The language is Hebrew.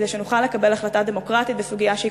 כדי שנוכל לקבל החלטה דמוקרטית בסוגיה שהיא